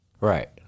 right